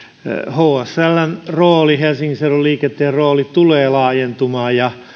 hsln helsingin seudun liikenteen rooli tulee laajentumaan ja